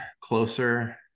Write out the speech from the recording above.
closer